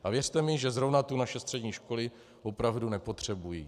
A věřte mi, že zrovna tu naše střední školy opravdu nepotřebují.